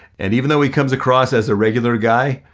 and even though he comes across as a regular guy,